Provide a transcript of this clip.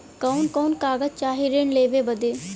कवन कवन कागज चाही ऋण लेवे बदे?